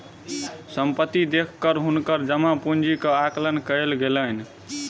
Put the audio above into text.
संपत्ति देख हुनकर जमा पूंजी के आकलन कयल गेलैन